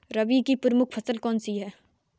रबी की प्रमुख फसल कौन सी है?